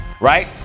Right